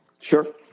Sure